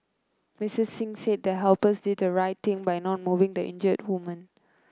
Missus Singh said the helpers did the right thing by not moving the injured woman